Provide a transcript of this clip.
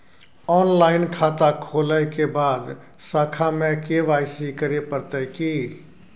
Online खाता खोलै के बाद शाखा में के.वाई.सी करे परतै की?